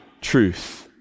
truth